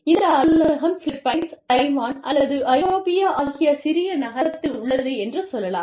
இந்த அலுவலகம் Philippines Taiwan அல்லது ஐரோப்பிய ஆகிய சிறிய நகரத்தில் உள்ளது என்று சொல்லலாம்